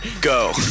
Go